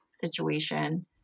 situation